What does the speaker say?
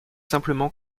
simplement